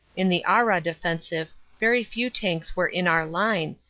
in the arras offensive very few tanks were in our line,